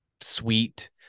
sweet